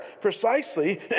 precisely